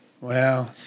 Wow